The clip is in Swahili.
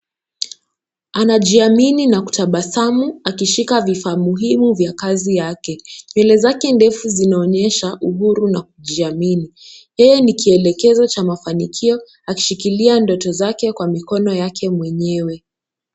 Anajiamini na kutabasamu, akishika vifaa muhimu vya kazi yake. Nyewe zake ndefu zinaonyesha uhuru na kujiamini. Yeye ni kielekezo cha mafanikio akishikilia ndoto zake kwa mikono yake mwenyewe.